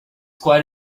quite